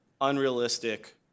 unrealistic